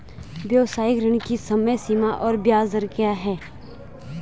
व्यावसायिक ऋण की समय सीमा और ब्याज दर क्या है?